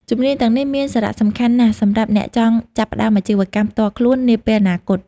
ជំនាញទាំងនេះមានសារៈសំខាន់ណាស់សម្រាប់អ្នកចង់ចាប់ផ្តើមអាជីវកម្មផ្ទាល់ខ្លួននាពេលអនាគត។